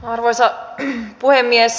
arvoisa puhemies